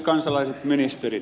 kansalaiset ministerit